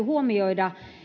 huomioida